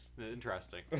Interesting